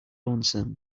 lonesome